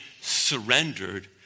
surrendered